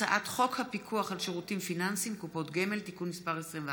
הצעת חוק הפיקוח על שירותים פיננסיים (קופות גמל) (תיקון מ' 21),